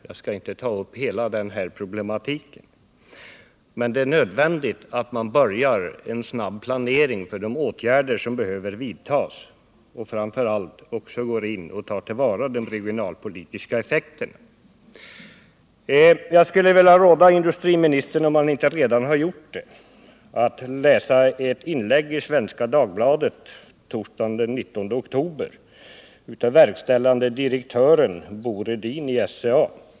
Jag skall inte ta upp hela den problematiken, men det är nödvändigt att man börjar en snabb planering för de åtgärder som behöver vidtas och att man framför allt går in och tar till vara de regionalpolitiska effekterna. Jag vill råda industriministern att — om han inte redan har gjort det — läsa en artikel i Svenska Dagbladet torsdagen den 19 oktober 1978 av verkställande direktören i SCA, Bo Rydin.